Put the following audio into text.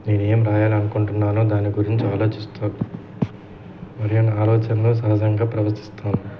నేన్ ఏం రాయాలనుకుంటున్నానో దాని గురించి ఆలోచిస్తూ మరి నా ఆలోచనలు సహజంగా ప్రవచిస్తాను